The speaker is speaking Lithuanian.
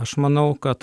aš manau kad